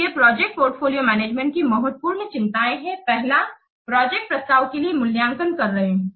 तो ये project portfolio management की महत्वपूर्ण चिंताएं हैं पहला प्रोजेक्ट प्रस्ताव के लिए मूल्यांकन कर रहे है